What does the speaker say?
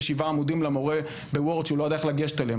עמודי וורד למורה והוא לא ידע איך לגשת אליהן.